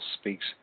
speaks